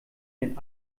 den